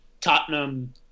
Tottenham